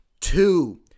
Two